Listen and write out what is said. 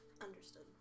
Understood